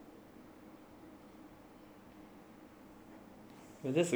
well that's the good stuff though honestly